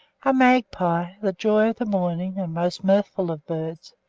a magpie, the joy of the morning, and most mirthful of birds,